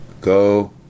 go